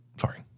sorry